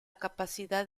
capacidad